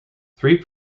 three